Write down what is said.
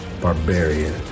Barbarian